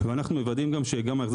ומקבלים את ההלוואה הטובה של עוגן ואנחנו